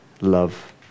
love